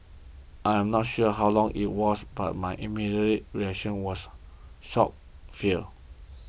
I am not sure how long it was but my immediate reaction was shock fear